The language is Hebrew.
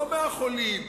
לא מהחולים.